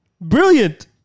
brilliant